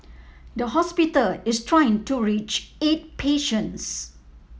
the hospital is trying to reach eight patients